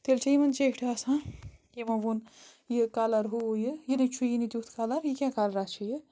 تیٚلہِ چھَا یِمن چٮ۪ٹھ آسان یِمو ووٚن یہِ کَلر ہُہ یہِ یہِ نٔے چھُ یی نہٕ تیُتھ کَلر یہِ کیٛاہ کلرا چھُ یہِ